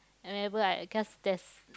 whenever I just there's